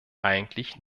eigentlich